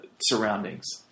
surroundings